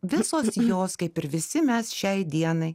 visos jos kaip ir visi mes šiai dienai